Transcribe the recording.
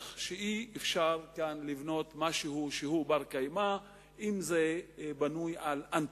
שאי-אפשר לבנות משהו שהוא בר-קיימא אם זה בנוי על אנטי,